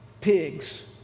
Pigs